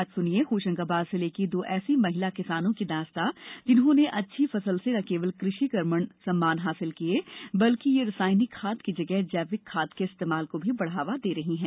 आज सुनिए होशंगाबाद जिले की दो ऐसी महिला किसानों की दास्ता जिन्होंने अच्छी फसल से न केवल किसान कर्मण सम्मान हासिल किये बल्कि वे रसायनिक खाद की जगह जैविक खाद के इस्तेमाल को भी बढ़ावा दे रही हैं